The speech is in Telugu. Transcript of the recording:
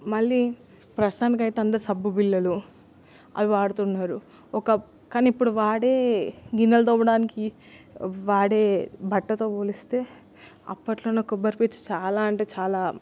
మళ్ళీ ప్రస్తుతానికయితే అందరు సబ్బు బిళ్ళలు అవి వాడుతున్నరు ఒక కానిప్పుడు వాడే గిన్నెలు తోమడానికి వాడే బట్టతో పోలిస్తే అప్పట్లోన్న కొబ్బరిపీచు చాలా అంటే చాలా